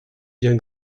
bien